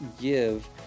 give